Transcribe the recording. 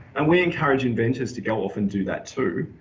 and we encourage inventors to go off and do that too,